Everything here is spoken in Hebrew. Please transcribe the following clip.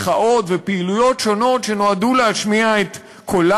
מחאות ופעילויות שונות שנועדו להשמיע את קולם